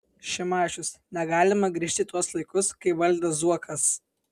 šimašius negalima grįžti į tuos laikus kai valdė zuokas